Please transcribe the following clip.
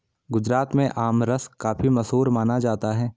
गुजरात में आमरस काफी मशहूर माना जाता है